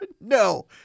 No